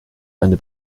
eine